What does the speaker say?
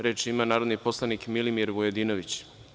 Reč ima narodni poslanik Milimir Vujadinović.